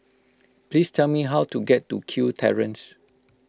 please tell me how to get to Kew Terrace